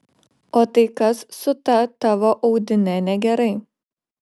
o tai kas su ta tavo audine negerai